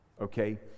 Okay